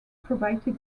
provided